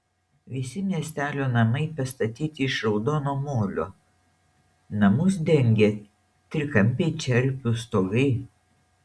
visi miestelio namai pastatyti iš raudono molio namus dengia trikampiai čerpių stogai